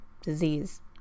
disease